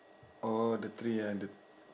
oh the tree ah the